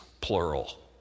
plural